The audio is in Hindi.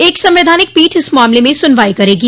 एक संवैधानिक पीठ इस मामले में सुनवाई करेगी